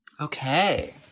Okay